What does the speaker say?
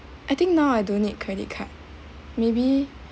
I think now I don't need credit card maybe